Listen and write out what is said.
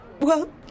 Well